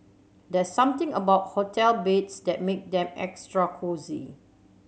there's something about hotel beds that make them extra cosy